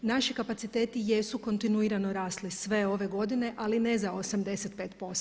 Naši kapaciteti jesu kontinuirano rasli sve ove godine, ali ne za 85%